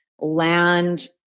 land